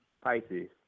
Pisces